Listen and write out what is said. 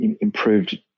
improved